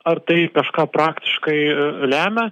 ar tai kažką praktiškai lemia